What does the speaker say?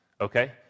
okay